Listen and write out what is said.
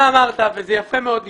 אמרת, וזה יפה מאוד לשמוע,